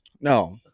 no